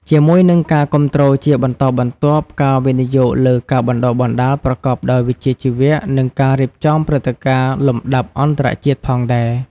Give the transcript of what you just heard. ជាមួយនឹងការគាំទ្រជាបន្តបន្ទាប់ ការវិនិយោគលើការបណ្ដុះបណ្ដាលប្រកបដោយវិជ្ជាជីវៈ និងការរៀបចំព្រឹត្តិការណ៍លំដាប់អន្តរជាតិផងដែរ។